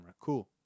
cool